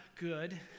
good